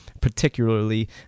particularly